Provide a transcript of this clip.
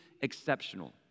exceptional